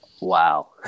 Wow